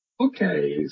Okay